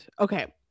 Okay